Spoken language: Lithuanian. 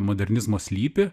modernizmo slypi